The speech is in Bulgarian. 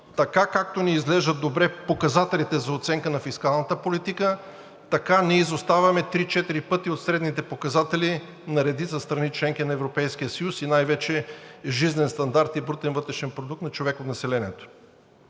Така, както ни изглеждат добре показателите за оценка на фискалната политика, така ние изоставаме три-четири пъти от средните показатели на редица страни – членки на Европейския съюз, най-вече жизнен стандарт и брутен вътрешен продукт на човек от населението.